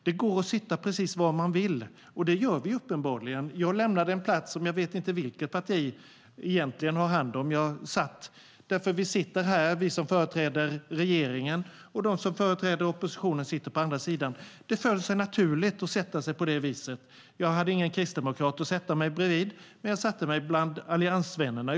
Det går att sitta precis var vi vill, och det gör vi uppenbarligen. Jag lämnade en plats vilken jag inte vet vilket parti som egentligen har hand om. Vi som företräder regeringen sitter på ena sidan och de som företräder oppositionen sitter på andra sidan. Det föll sig naturligt att sätta sig på det viset. Jag hade ingen kristdemokrat att sätta mig bredvid, men jag satte mig bland alliansvännerna.